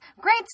great